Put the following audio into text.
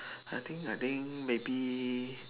I think I think maybe